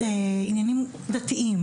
עניינים דתיים.